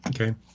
Okay